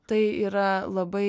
tai yra labai